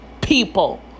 people